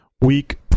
week